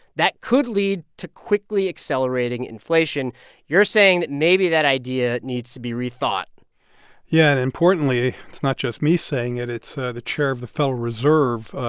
that could lead to quickly accelerating inflation you're saying that maybe that idea needs to be rethought yeah. and importantly, it's not just me saying it it's the chair of the federal reserve,